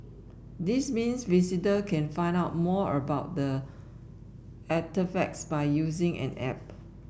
this means visitor can find out more about the artefacts by using an app